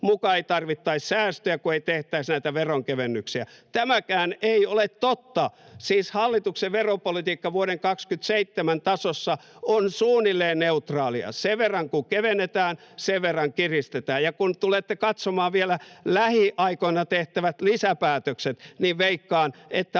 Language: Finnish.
muka tarvittaisi säästöjä, kun ei tehtäisi näitä veronkevennyksiä. Tämäkään ei ole totta. Siis hallituksen veropolitiikka vuoden 27 tasossa on suunnilleen neutraalia: sen verran kuin kevennetään, sen verran kiristetään. Ja kun tulette katsomaan vielä lähiaikoina tehtävät lisäpäätökset, niin veikkaan, että